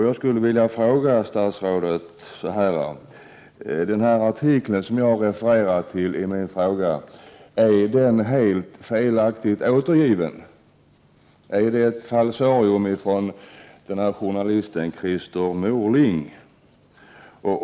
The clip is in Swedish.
Jag skulle vilja fråga statsrådet: Är den artikel som jag refererar till i min fråga helt felaktig? Är det ett falsarium av journalisten Christer Morling?